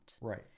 Right